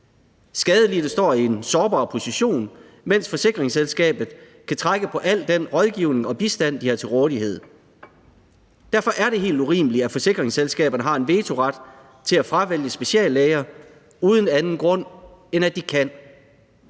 skadelidte står i en sårbar position, mens forsikringsselskabet kan trække på al den rådgivning og bistand, det har til rådighed. Derfor er det helt urimeligt, at forsikringsselskaberne har en vetoret til at fravælge speciallæger uden anden grund, end at de kan.